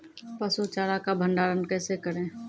पसु चारा का भंडारण कैसे करें?